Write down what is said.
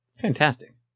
Fantastic